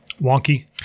wonky